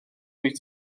wyt